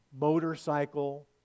motorcycle